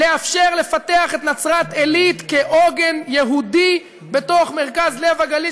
לאפשר לפתח את נצרת עילית כעוגן יהודי בתוך מרכז לב הגליל,